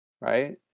right